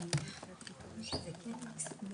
אתם כתבתם את כל השאלות שלנו.